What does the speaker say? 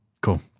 Cool